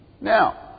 Now